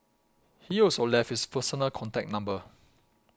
he also left his personal contact number